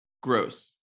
gross